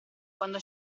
quando